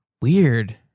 Weird